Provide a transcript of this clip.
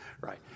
Right